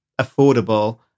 affordable